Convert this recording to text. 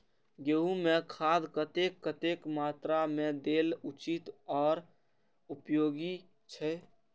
गेंहू में खाद कतेक कतेक मात्रा में देल उचित आर उपयोगी छै?